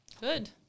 Good